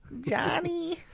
Johnny